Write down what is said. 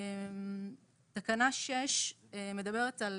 תקנה 6 מדברת על